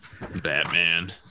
batman